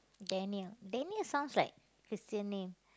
Daniel Daniel sounds like Christian name